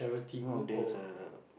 no there's a